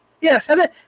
Yes